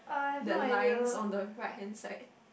the lines on the right hand side